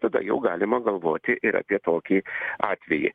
tada jau galima galvoti ir apie tokį atvejį